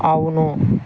అవును